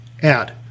Add